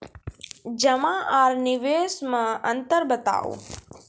जमा आर निवेश मे अन्तर बताऊ?